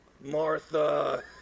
Martha